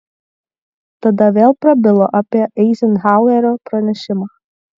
tada vėl prabilo apie eizenhauerio pranešimą